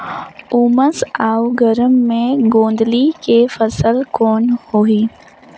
उमस अउ गरम मे गोंदली के फसल कौन होही?